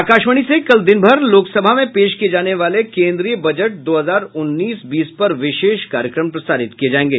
आकाशवाणी से कल दिन भर लोकसभा में पेश किए जाने वाले केन्द्रीय बजट दो हजार उन्नीस बीस पर विशेष कार्यक्रम प्रसारित किए जाएंगे